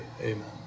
Amen